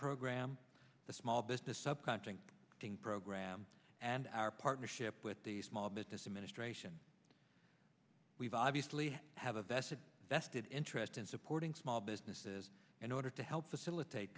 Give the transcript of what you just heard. program the small business up counting sting program and our partnership with the small business administration we've obviously have a vested vested interest in supporting small businesses in order to help facilitate